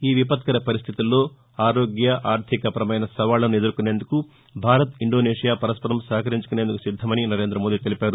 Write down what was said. ఈ విపత్కర పరిస్దితుల్లో ఆరోగ్య ఆర్దిక పరమైన సవాళ్లను ఎదుర్కొనేందుకు భారత్ ఇండోనేషియా పరస్పరం సహకరించుకునేందుకు సిద్దమని నరేంద్రమోదీ తెలిపారు